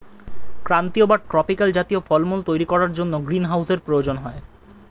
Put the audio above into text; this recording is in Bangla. ক্রান্তীয় বা ট্রপিক্যাল জাতীয় ফলমূল তৈরি করার জন্য গ্রীনহাউসের প্রয়োজন হয়